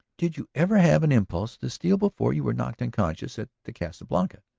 did you ever have an impulse to steal before you were knocked unconscious at the casa blanca?